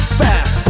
fast